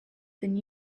than